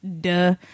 duh